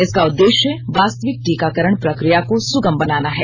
इसका उद्देश्य वास्तविक टीकाकरण प्रक्रिया को सुगम बनाना है